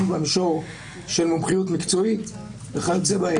גם במישור של מומחיות מקצועית וכיו"ב.